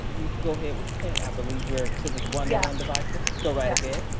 you could go ahead with clint, i believe we are to the one yeah one devices. go right ahead.